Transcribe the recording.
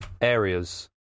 areas